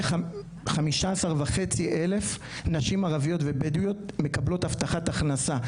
15 וחצי אלף נשים ערביות ובדואיות מקבלות הבטחת הכנסה.